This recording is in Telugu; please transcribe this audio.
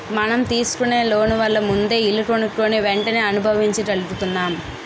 మనం తీసుకునే లోన్ వల్ల ముందే ఇల్లు కొనుక్కుని వెంటనే అనుభవించగలుగుతున్నాం